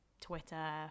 Twitter